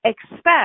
expect